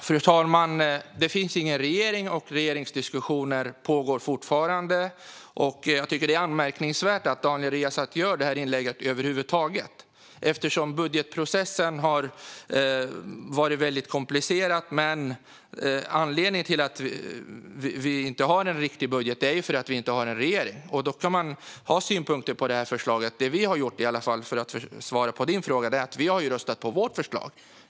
Fru talman! Det finns ingen regering, och regeringsdiskussioner pågår fortfarande. Jag tycker att det är anmärkningsvärt att Daniel Riazat gör detta inlägg över huvud taget, eftersom budgetprocessen har varit mycket komplicerad. Anledningen till att vi inte har en riktig budget är att vi inte har en regering. Man kan ha synpunkter på det här förslaget, men för att svara på din fråga, Daniel Riazat: Det vi har gjort är att rösta på vårt förslag.